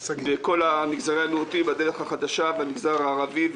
אבל שנת הלימודים התחילה ב-1 לספטמבר, רבותיי.